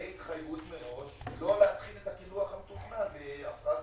להתחיל בהתחייבות מראש לא להתחיל את הקידוח המתוכנן בפלמחים.